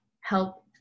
help